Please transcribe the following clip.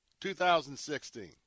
2016